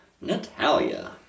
Natalia